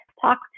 talk